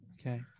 Okay